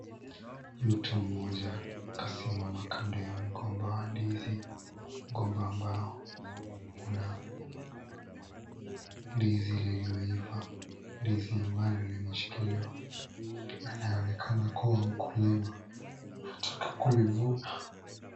Mtu mmoja kasimama kando ya mgomba wa ndizi, mgomba ambao una ndizi lililoiva , ndizi ambali limeshikiliwa na anaonekana kuwa mkulima ataka kulivuna.